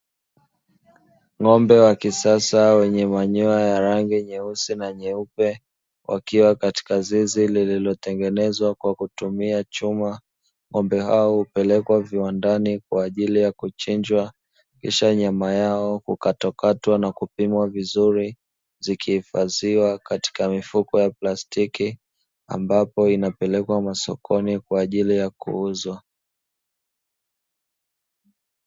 Ng'ombe wa kisasa wenye manyoya ya rangi nyeusi na nyeupe wakiwa katika zizi lililotengenezwa kwa kutumia chuma. Ng'ombe hao hupelekwa viwandani kwaajili ya kuchinjwa kisha nyama yao hukatwakatwa na kupimwa vizuri, zikihifadhiwa katika mifuko ya plastiki, ambapo inapelekwa masokoni kwa ajili ya kuuzwa.